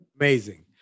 Amazing